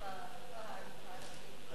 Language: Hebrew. רוּחִי לעזה.